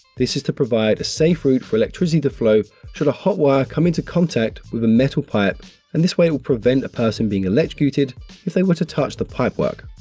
this is to provide a safe route for electricity to flow should a hot wire come into contact with a metal pipe and this way will prevent a person being electrocuted if they were to touch the pipe work.